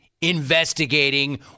investigating